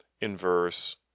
inverse